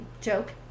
Joke